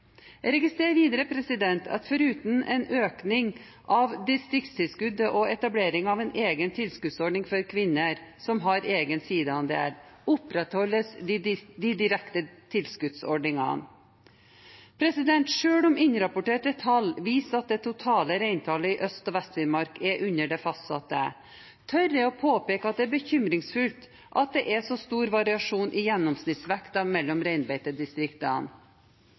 Jeg registrerer videre at foruten en økning av distriktstilskuddet og etablering av en egen tilskuddsordning for kvinner som har egen sidaandel, opprettholdes de direkte tilskuddsordningene. Selv om innrapporterte tall viser at det totale reintallet i Øst- og Vest-Finnmark er under det fastsatte, tør jeg å påpeke at det er bekymringsfullt at det er så stor variasjon mellom reinbeitedistriktene